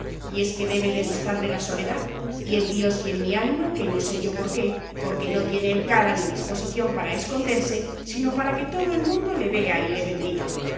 y es que debe de gustar de la soledad y en dios y en mi ánima que no sé yo por qué que no tiene él cara ni disposición para esconderse sino para que todo el mundo le vea y le bendiga